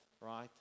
right